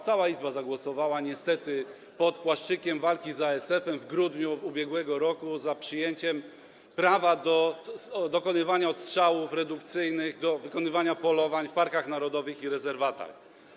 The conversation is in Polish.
Cała Izba zagłosowała niestety pod płaszczykiem walki z ASF w grudniu ubiegłego roku za przyjęciem prawa do dokonywania odstrzałów redukcyjnych, do dokonywania polowań w parkach narodowych i rezerwatach.